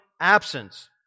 absence